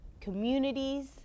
communities